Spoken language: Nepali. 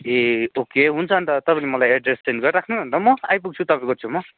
ए ओके हुन्छ अन्त तपाईँले मलाई एड्रेस सेन्ड गरिराख्नु अन्त म आइपुग्छु तपाईँको छेउमा